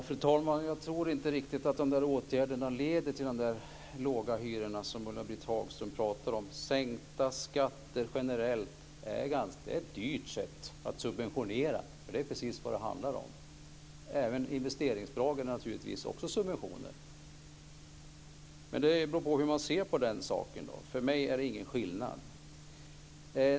Fru talman! Jag tror inte riktigt att nämnda åtgärder leder till de låga hyror som Ulla-Britt Hagström talar om. Sänkta skatter generellt är ett dyrt sätt att subventionera - det är ju precis det som det handlar om. Även investeringsbidrag är naturligtvis också subventioner. Det beror på hur man ser på den saken. För mig är det ingen skillnad.